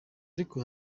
ariko